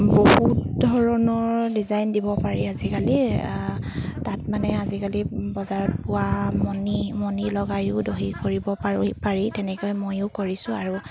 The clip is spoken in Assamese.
বহুত ধৰণৰ ডিজাইন দিব পাৰি আজিকালি তাত মানে আজিকালি বজাৰত পোৱা মণি মণি লগায়ো দহি কৰিব পাৰো পাৰি তেনেকৈ ময়ো কৰিছোঁ আৰু